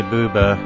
Buba